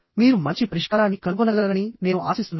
మీరు మంచి పరిష్కారాన్ని కనుగొనగలరని నేను ఆశిస్తున్నాను